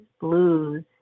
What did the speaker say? blues